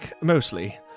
mostly